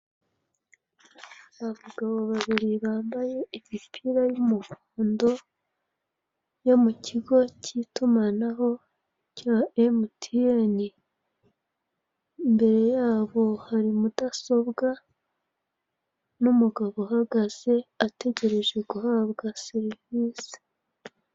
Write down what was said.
Abagabo babiri bambaye imipira ya umuhondo yo mukigo cy'itumanaho cya MTN. Imbere yabo hari mudasobwa na umugabo uhagaze ategereje guhabwa serivisi.